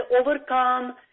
overcome